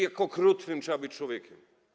Jak okrutnym trzeba być człowiekiem.